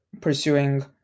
pursuing